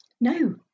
no